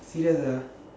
serious ah